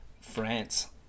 France